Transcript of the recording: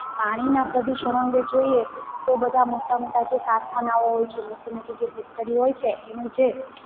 પાણીના પ્રદુષણ અંગે જોઈએ તો બધા મોટા મોટા જે કારખાનાઓ હોય છે મોટી મોટી જે ફેક્ટરીઓ હોય છે એનું જે